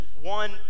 one